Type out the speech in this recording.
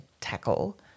tackle